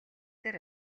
дээр